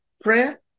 Prayer